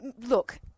Look